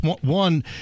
One